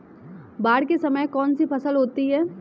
बाढ़ के समय में कौन सी फसल होती है?